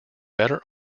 better